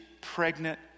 pregnant